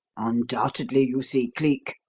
undoubtedly, you see, cleek,